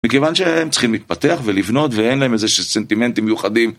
מכיוון שהם צריכים להתפתח ולבנות ואין להם איזה סנטימנטים מיוחדים.